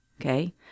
okay